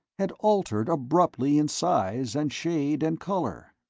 had altered abruptly in size and shade and color.